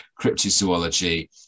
cryptozoology